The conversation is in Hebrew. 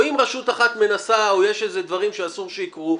או אם רשות אחת מנסה או יש דברים שאסור שיקרו,